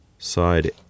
Side